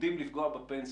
עומדים לפגוע בפנסיה,